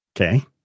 Okay